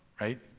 Right